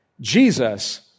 Jesus